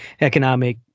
economic